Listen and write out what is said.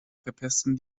verpesten